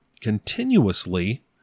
continuously